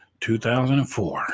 2004